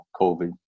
COVID